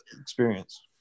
experience